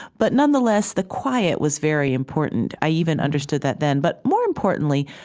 but nonetheless, the quiet was very important. i even understood that then. but more importantly,